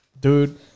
Dude